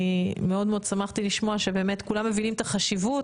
אני מאוד שמחתי לשמוע שבאמת כולם מבינים את החשיבות,